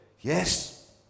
Yes